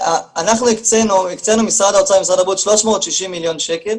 הקצינו ממשרד האוצר למשרד הבריאות 360 מיליון שקל